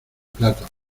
plata